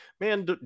man